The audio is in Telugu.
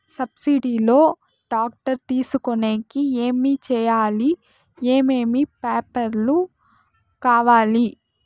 సబ్సిడి లో టాక్టర్ తీసుకొనేకి ఏమి చేయాలి? ఏమేమి పేపర్లు కావాలి?